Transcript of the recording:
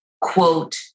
quote